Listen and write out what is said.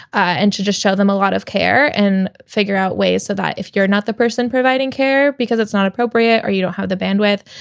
and to just show them a lot of care and figure out ways so that if you're not the person person providing care because it's not appropriate or you don't have the bandwidth,